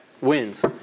wins